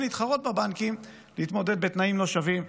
להתחרות בבנקים להתמודד בתנאים לא שווים.